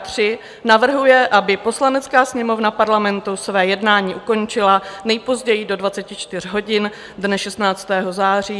III. navrhuje, aby Poslanecká sněmovna Parlamentu své jednání ukončila nejpozději do 24 hodin dne 16. září 2022;